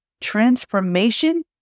Transformation